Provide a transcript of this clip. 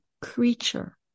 creature